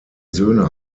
söhne